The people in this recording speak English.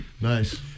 Nice